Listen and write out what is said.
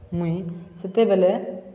ମୁଇଁ ସେତେବେଳେ